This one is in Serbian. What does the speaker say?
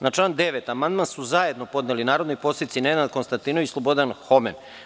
Na član 9. amandman su zajedno podneli narodni poslanici Nenad Konstantinović i Slobodan Homen.